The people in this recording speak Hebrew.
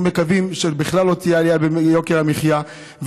אנחנו מקווים שבכלל לא תהיה עלייה ביוקר המחיה,